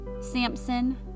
Samson